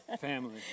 family